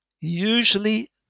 usually